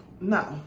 No